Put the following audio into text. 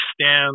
stand